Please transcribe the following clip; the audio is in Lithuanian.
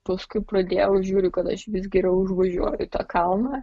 paskui pradėjau žiūriu kad aš vis geriau užvažiuoju į tą kalną